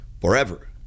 forever